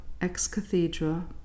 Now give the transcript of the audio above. ex-cathedra